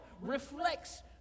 reflects